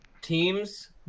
Teams